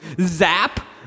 Zap